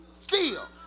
feel